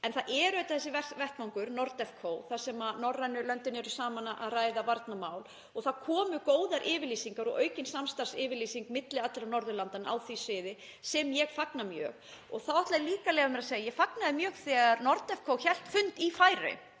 En það er auðvitað þessi vettvangur, NORDEFCO, þar sem norrænu löndin eru saman að ræða varnarmál og það komu góðar yfirlýsingar og aukin samstarfsyfirlýsing milli allra Norðurlandanna á því sviði, sem ég fagna mjög. Þá ætla ég líka að leyfa mér að segja að ég fagnaði mjög þegar NORDEFCO hélt fund í